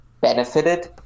benefited